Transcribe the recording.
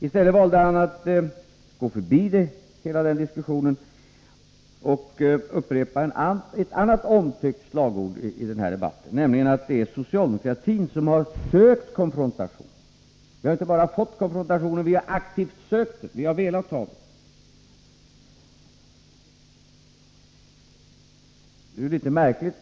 Björn Molin valde att gå förbi hela den diskussionen, och i stället upprepade han ett annat omtyckt slagord, nämligen att det är socialdemokratin som har sökt konfrontation — vi har inte bara fått konfrontation utan vi har aktivt sökt den, vi har velat ha den.